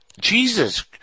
Jesus